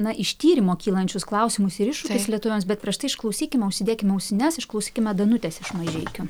na iš tyrimo kylančius klausimus ir iššūkius lietuviams bet prieš tai išklausykim užsidėkime ausines išklausykime danutės iš mažeikių